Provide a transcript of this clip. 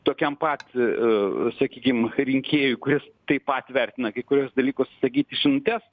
tokiam pat sakykim rinkėjui kuris taip pat vertina kai kuriuos dalykus sakyti žinutes